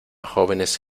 jóvenes